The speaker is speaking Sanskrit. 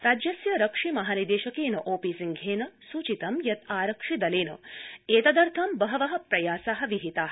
राज्यस्य रक्षि महानिदेशकेन ओपीसिंहेन सूचितं यत् आरक्षिदलेन एतदर्थं बहव प्रयासा विहिता